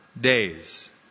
days